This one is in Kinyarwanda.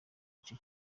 gice